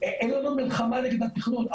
אין לנו מלחמה נגד התכנון,